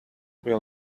will